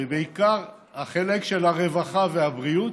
ובעיקר החלק של הרווחה והבריאות,